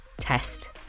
test